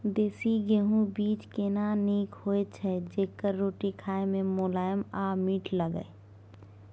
देसी गेहूँ बीज केना नीक होय छै जेकर रोटी खाय मे मुलायम आ मीठ लागय?